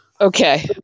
Okay